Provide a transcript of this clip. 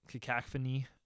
cacophony